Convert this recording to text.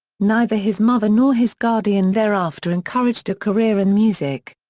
neither his mother nor his guardian thereafter encouraged a career in music.